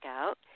out